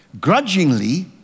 Grudgingly